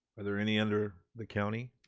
are there any under the county?